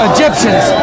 Egyptians